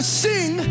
sing